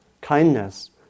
kindness